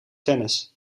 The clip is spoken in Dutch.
tennis